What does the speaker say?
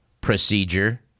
procedure